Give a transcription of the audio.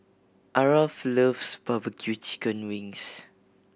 Aarav loves barbecue chicken wings